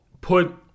put